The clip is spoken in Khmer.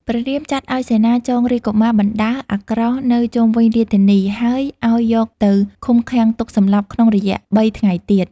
ព្រះរាមចាត់ឱ្យសេនាចងរាជកុមារបណ្តើរអាក្រោសនៅជុំវិញរាជធានី ហើយឱ្យយកទៅឃុំឃាំងទុកសម្លាប់ក្នុងរយះបីថ្ងៃទៀត។